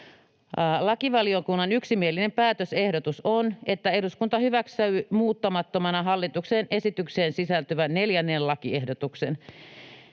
Lakivaliokunnan yksimielinen päätösehdotus on, että eduskunta hyväksyy muuttamattomana hallituksen esitykseen sisältyvän 4. lakiehdotuksen.